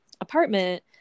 apartment